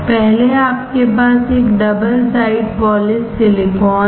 पहले आपके पास एक डबल साइड पॉलिश सिलिकॉन है